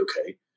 Okay